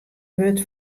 wurd